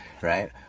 right